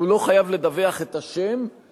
הוא לא חייב לדווח את השם,